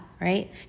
right